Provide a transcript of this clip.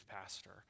pastor